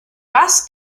was